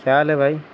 کیا حال ہے بھائی